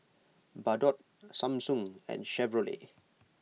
Bardot Samsung and Chevrolet